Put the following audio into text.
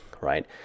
right